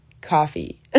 coffee